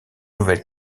nouvelle